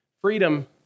Freedom